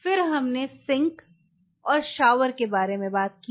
फिर हमने सिंक और शॉवर के बारे में बात की